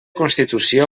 constitució